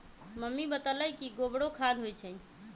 mummy बतअलई कि गोबरो खाद होई छई